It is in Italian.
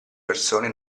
persone